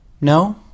no